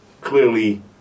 clearly